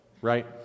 right